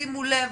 שימו לב,